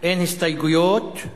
אין הסתייגויות.